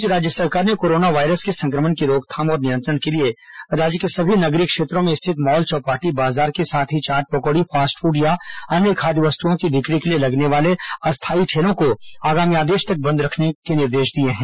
इस बीच राज्य सरकार ने कोरोना वायरस के संक्रमण की रोकथाम और नियंत्रण के लिए राज्य के सभी नगरीय क्षेत्रों में स्थित मॉल चौपाटी बाजार के साथ ही चाट पकोड़ी फास्ट फूड़ या अन्य खाद्य वस्तुएं की बिक्री के लिए लगने वाले अस्थायी ठेलों को आगामी आदेश तक बंद रखने का निर्देश दिया है